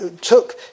took